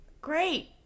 Great